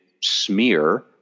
smear